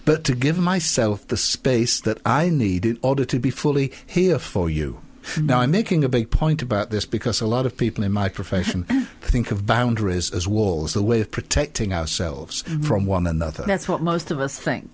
but to give myself the space that i need order to be fully here for you now i'm making a big point about this because a lot of people in my profession think of boundaries as walls the way of protecting ourselves from one another that's what most of us think